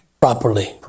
properly